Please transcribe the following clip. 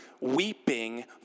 weeping